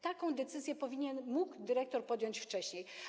Taką decyzję powinien, mógł dyrektor podjąć wcześniej.